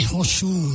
Hosu